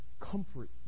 comfort